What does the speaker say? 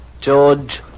George